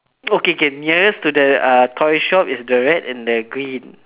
okay K nearest to the uh toy shop is the red and the green